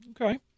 okay